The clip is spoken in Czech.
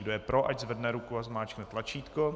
Kdo je pro, ať zvedne ruku a zmáčkne tlačítko.